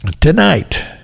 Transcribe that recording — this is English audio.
tonight